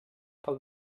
pel